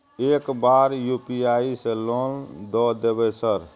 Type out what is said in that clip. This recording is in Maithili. एक बार यु.पी.आई से लोन द देवे सर?